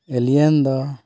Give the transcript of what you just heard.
ᱮᱞᱤᱭᱟᱱ ᱫᱚ